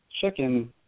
chicken